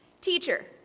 Teacher